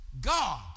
God